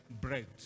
bread